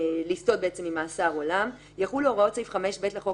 לפטור בעצם ממאסר עולם "יחולו הוראות סעיף 5(ב) לחוק